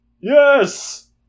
Yes